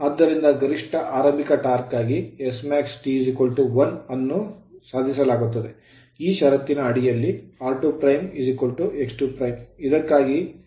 ಆದ್ದರಿಂದ ಗರಿಷ್ಠ ಆರಂಭಿಕ ಟಾರ್ಕ್ ಗಾಗಿ SmaxT 1 ಅನ್ನು ಸಾಧಿಸಲಾಗುತ್ತದೆ ಈ ಷರತ್ತಿನ ಅಡಿಯಲ್ಲಿ r2 x2 ಇದಕ್ಕಾಗಿ TstartTmax 3ωS 0